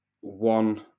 one